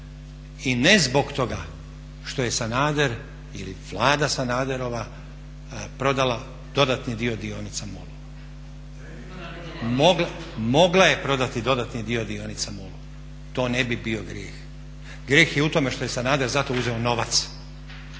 I ne zbog toga što je Sanader ili Vlada Sanaderova prodala dodatni dio dionica MOL-u. Mogla je prodati dodatni dio dionica MOL-u to ne bi bio grijeh, grijeh je u tome što je Sanader za to uzeo novac,